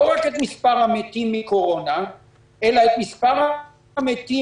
לא רק את מספר המתים מקורונה אלא את מספר המתים